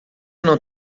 não